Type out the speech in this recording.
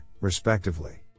respectively